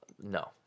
No